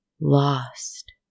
lost